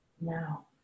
Now